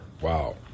Wow